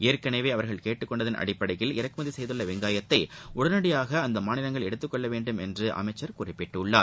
ஏற்கனவே அவர்கள் கேட்டுக் கொண்டதள் அடிப்படையில் இறக்குமதி செய்துள்ள வெங்காயத்தை உடனடியாக அந்த மாநிலங்கள் எடுத்துக் கொள்ள வேண்டும் என்று அவர் குறிப்பிட்டுள்ளார்